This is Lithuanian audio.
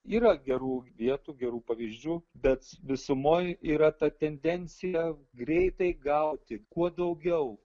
yra gerų vietų gerų pavyzdžių bet visumoj yra ta tendencija greitai gauti kuo daugiau